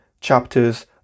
chapters